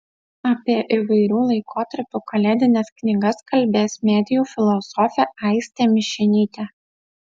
apie įvairių laikotarpių kalėdines knygas kalbės medijų filosofė aistė mišinytė